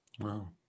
wow